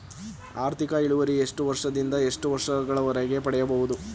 ಆರ್ಥಿಕ ಇಳುವರಿ ಎಷ್ಟು ವರ್ಷ ದಿಂದ ಎಷ್ಟು ವರ್ಷ ಗಳವರೆಗೆ ಪಡೆಯಬಹುದು?